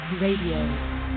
Radio